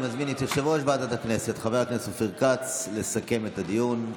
אני מזמין את יושב-ראש ועדת הכנסת חבר הכנסת אופיר כץ לסכם את הדיון,